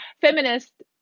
feminist